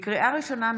לקריאה ראשונה,